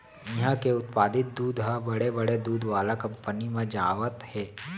इहां के उत्पादित दूद ह बड़े बड़े दूद वाला कंपनी म जावत हे